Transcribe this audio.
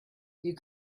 you